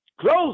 close